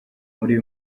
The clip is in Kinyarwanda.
muri